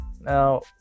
now